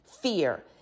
fear